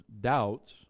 doubts